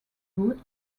route